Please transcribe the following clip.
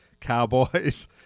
cowboys